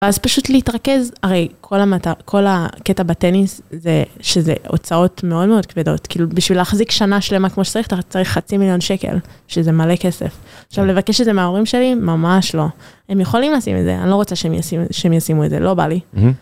ואז פשוט להתרכז, הרי כל הקטע בטניס זה שזה הוצאות מאוד מאוד כבדות, כאילו בשביל להחזיק שנה שלמה כמו שצריך, אתה צריך חצי מיליון שקל, שזה מלא כסף. עכשיו לבקש את זה מההורים שלי? ממש לא. הם יכולים לשים את זה, אני לא רוצה שהם ישימו את זה, לא בא לי.